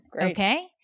okay